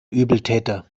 übeltäter